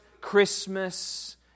Christmas